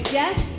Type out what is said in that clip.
yes